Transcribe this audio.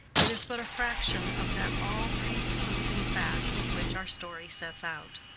it is but a fraction of that all-presupposing fact with which our story sets out.